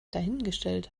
dahingestellt